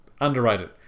underrated